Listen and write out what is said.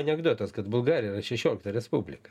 anekdotas kad bulgarija yra šešiolikta respublika